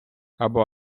або